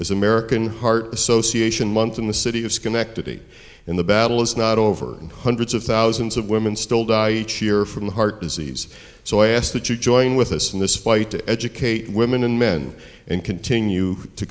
as american heart association month in the city of schenectady in the battle is not over and hundreds of thousands of women still die each year from heart disease so i ask that you join with us in this fight to educate women and men and continue to